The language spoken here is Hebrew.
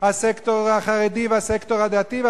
הסקטור החרדי והסקטור הדתי.